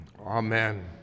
Amen